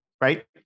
right